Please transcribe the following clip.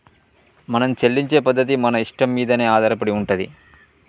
మనం చెల్లించే పద్ధతి మన ఇష్టం మీదనే ఆధారపడి ఉంటది